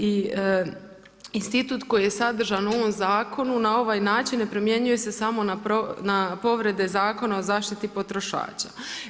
I institut koji je sadržan u ovom zakonu na ovaj način, ne primjenjuje se samo na povrede Zakona o zaštiti potrošača.